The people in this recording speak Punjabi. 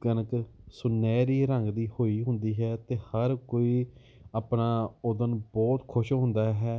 ਕਣਕ ਸੁਨਹਿਰੀ ਰੰਗ ਦੀ ਹੋਈ ਹੁੰਦੀ ਹੈ ਅਤੇ ਹਰ ਕੋਈ ਆਪਣਾ ਉੱਦਣ ਬਹੁਤ ਖੁਸ਼ ਹੁੰਦਾ ਹੈ